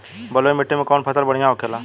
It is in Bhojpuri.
बलुई मिट्टी में कौन फसल बढ़ियां होखे ला?